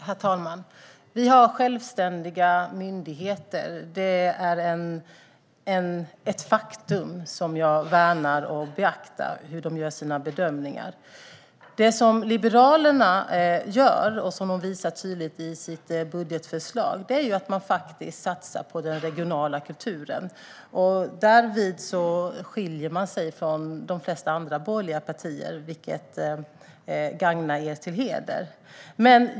Herr talman! Vi har självständiga myndigheter, och jag värnar och beaktar hur de gör sina bedömningar. Det Liberalerna gör, vilket tydligt visas i deras budgetförslag, är att faktiskt satsa på den regionala kulturen. Därvid skiljer de sig från de flesta andra borgerliga partier, vilket länder dem till heder.